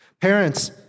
Parents